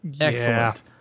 Excellent